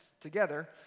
together